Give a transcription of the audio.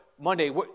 Monday